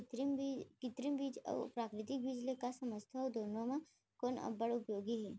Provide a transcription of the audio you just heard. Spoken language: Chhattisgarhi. कृत्रिम बीज अऊ प्राकृतिक बीज ले का समझथो अऊ दुनो म कोन अब्बड़ उपयोगी हे?